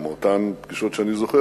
מאותן פגישות שאני זוכר,